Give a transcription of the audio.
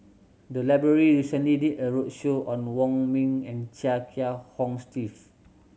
the library recently did a roadshow on Wong Ming and Chia Kiah Hong Steve